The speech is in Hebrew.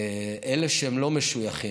אלה שלא משויכים.